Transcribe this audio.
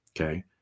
okay